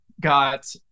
got